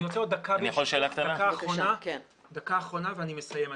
אם אני יכול, עוד דקה ואני מסיים.